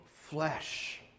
flesh